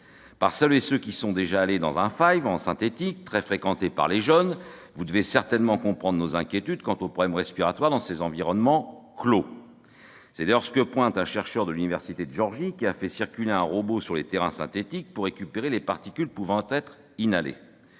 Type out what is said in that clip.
Celles et ceux qui sont déjà allés dans un en synthétique, lieu très fréquenté par les jeunes, doivent certainement comprendre nos inquiétudes quant aux problèmes respiratoires dans ces environnements clos. C'est d'ailleurs ce que pointe un chercheur de l'université de Géorgie, qui a fait circuler un robot sur les terrains synthétiques pour récupérer les particules pouvant être inhalées.